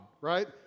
right